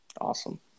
awesome